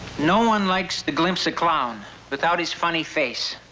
no one likes to glimpse a clown without his funny face,